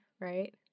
right